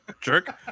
jerk